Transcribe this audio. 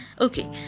okay